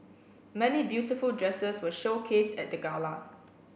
many beautiful dresses were showcased at the gala